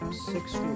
six